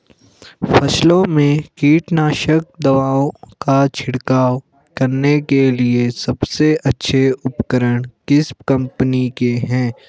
फसलों में कीटनाशक दवाओं का छिड़काव करने के लिए सबसे अच्छे उपकरण किस कंपनी के हैं?